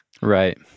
Right